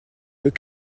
peux